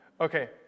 Okay